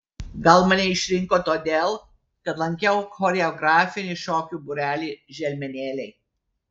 gal mane išrinko todėl kad lankiau choreografinį šokių būrelį želmenėliai